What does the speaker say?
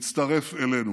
תצטרף אלינו.